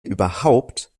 überhaupt